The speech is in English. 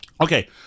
Okay